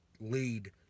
lead